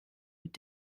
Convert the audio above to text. mit